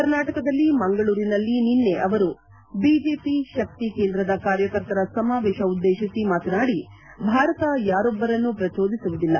ಕರ್ನಾಟಕದ ಮಂಗಳೂರಿನಲ್ಲಿ ನಿನ್ನೆ ಅವರು ಬಿಜೆಪಿ ಶಕ್ತಿ ಕೇಂದ್ರದ ಕಾರ್ಯಕರ್ತರ ಸಮಾವೇಶ ಉದ್ದೇಶಿಸಿ ಮಾತನಾಡಿ ಭಾರತ ಯಾರೊಬ್ಬರನ್ನು ಪ್ರಚೋದಿಸುವುದಿಲ್ಲ